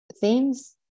themes